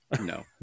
No